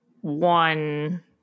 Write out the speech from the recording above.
one